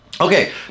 okay